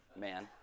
man